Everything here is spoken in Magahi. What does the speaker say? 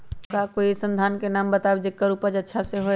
का कोई अइसन धान के नाम बताएब जेकर उपज अच्छा से होय?